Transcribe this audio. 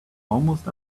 almost